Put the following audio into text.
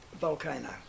volcano